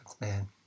man